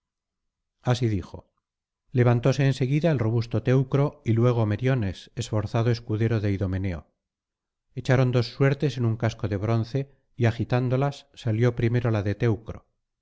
así dijo levantóse en seguida el robusto teucro y luego meriones esforzado escudero de idomeneo echaron dos suertes en un casco de bronce y agitándolas salió primero la de